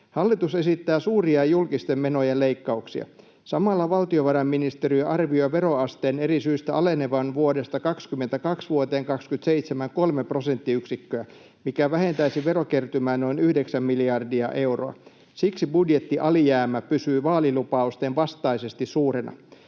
”Hallitus esittää suuria julkisten menojen leikkauksia. Samalla valtiovarainministeriö arvioi veroasteen eri syistä alenevan vuodesta 22 vuoteen 27 kolme prosenttiyksikköä, mikä vähentäisi verokertymää noin yhdeksän miljardia euroa. Siksi budjettialijäämä pysyy vaalilupausten vastaisesti suurena.